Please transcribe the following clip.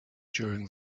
during